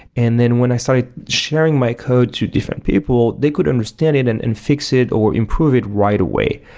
and then when i started sharing my code to different people, they could understand it and and fix it or improve it right away.